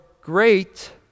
great